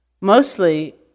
Mostly